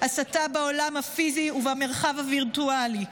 הסתה בעולם הפיזי ובמרחב הווירטואלי,